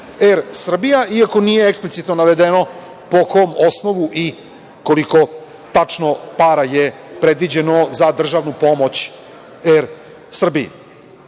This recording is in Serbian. „Er Srbija“, iako nije eksplicitno navedeno po kom osnovu i koliko tačno para je predviđeno za državnu pomoć „Er Srbiji“.